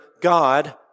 God